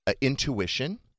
Intuition